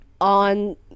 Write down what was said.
on